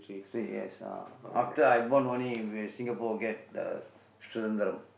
three years uh after I born only Singapore get the சுதந்திரம்:suthandthiram